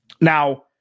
Now